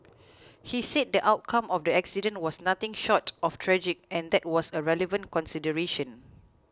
he said the outcome of the accident was nothing short of tragic and that was a relevant consideration